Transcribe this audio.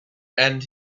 and